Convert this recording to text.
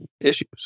issues